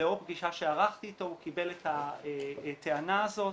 לאור פגישה שערכתי איתו הוא קיבל את הטענה הזאת,